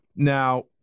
Now